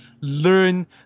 learn